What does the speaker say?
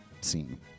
scene